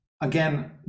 again